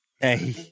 Hey